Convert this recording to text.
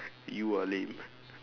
you are lame